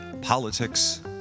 politics